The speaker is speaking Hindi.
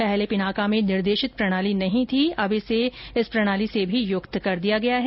पहले पिनाका में निर्देशित प्रणाली नहीं थी अब इसे इस प्रणाली से भी युक्त कर दिया गया है